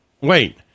Wait